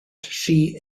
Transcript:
she